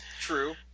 True